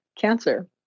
cancer